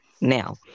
Now